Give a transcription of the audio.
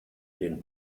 den